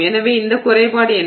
எனவே இந்த குறைபாடு என்ன